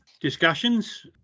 discussions